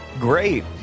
Great